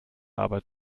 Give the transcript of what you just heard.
arbeit